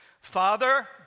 Father